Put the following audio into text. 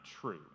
true